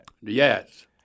Yes